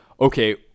okay